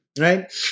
right